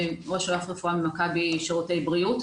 ראש ענף רפואה במכבי שירותי בריאות.